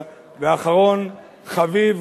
ואחרון חביב,